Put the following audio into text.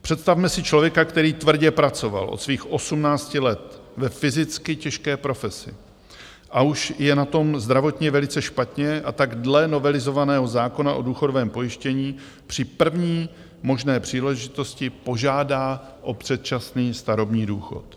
Představme si člověka, který tvrdě pracoval od svých 18 let ve fyzicky těžké profesi a už je na tom zdravotně velice špatně, tak dle novelizovaného zákona o důchodovém pojištění při první možné příležitosti požádá o předčasný starobní důchod.